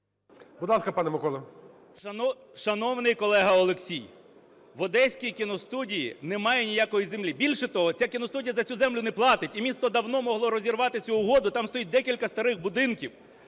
КНЯЖИЦЬКИЙ М.Л. Шановний колега Олексій, в Одеській кіностудії немає ніякої землі. Більше того, ця кіностудія за цю землю не платить. І місто давно могло розірвати цю угоду. Там стоїть декілька старих будинків,